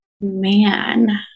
Man